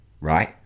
right